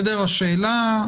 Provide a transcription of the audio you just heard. השאלה,